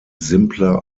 simpler